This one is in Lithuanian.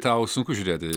tau sunku žiūrėti